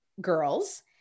girls